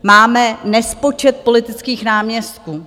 Máme nespočet politických náměstků.